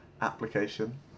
application